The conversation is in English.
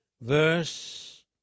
verse